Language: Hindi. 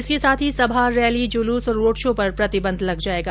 इसके साथ ही सभा रैली जुलूस और रोड शो पर प्रतिबंध लग जायेगा